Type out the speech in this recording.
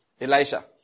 Elijah